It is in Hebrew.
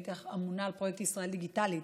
הייתי אמונה על פרויקט ישראל דיגיטלית.